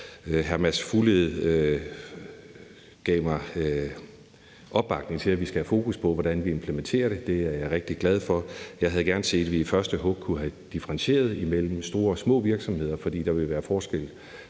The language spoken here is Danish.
Hr. Mads Fuglede gav mig opbakning til, at vi skal have fokus på, hvordan vi implementerer det. Det er jeg rigtig glad for. Jeg havde gerne set, at vi i første hug kunne have differentieret imellem store og små virksomheder, fordi der sandsynligvis vil være forskel